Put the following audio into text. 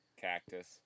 Cactus